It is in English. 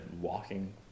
walking